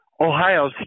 Ohio